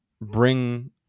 bring